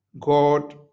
God